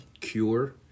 cure